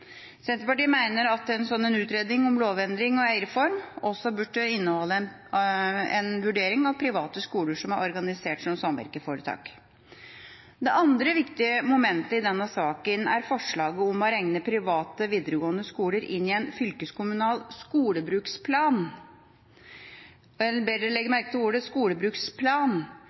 Senterpartiet mener en sånn utredning om lovendring og eierform også bør inneholde en vurdering av private skoler som er organisert som samvirkeforetak. Det andre viktige momentet i denne saken er forslaget om å regne private videregående skoler inn i en fylkeskommunal skolebruksplan – jeg ber dere legge merke til ordet